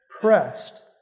pressed